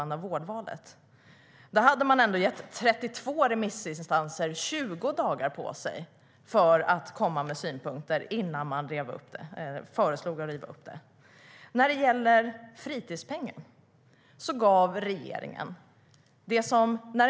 Där hade man ändå gett 32 remissinstanser 20 dagar på sig att komma med synpunkter innan man föreslog att riva upp det. När det gällde införande av fritidspengen fick 75 remissinstanser möjlighet att yttra sig.